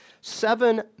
Seven